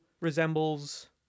resembles